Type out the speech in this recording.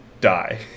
die